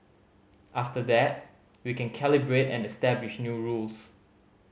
after that we can calibrate and establish new rules